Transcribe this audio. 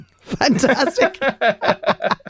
fantastic